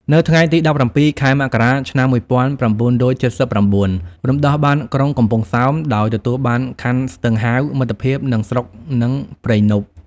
នៅថ្ងៃទី ១៧ ខែមករា ឆ្នាំ ១៩៧៩ រំដោះបានក្រុងកំពង់សោម ដោយទទួលបាន ខណ្ឌ ស្ទឹងហាវ មិត្តភាព និងស្រុក និងព្រៃនប់។